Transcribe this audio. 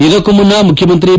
ಇದಕ್ಕೂ ಮುನ್ನ ಮುಖ್ಯಮಂತ್ರಿ ಬಿ